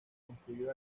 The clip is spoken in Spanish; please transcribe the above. construyó